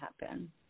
happen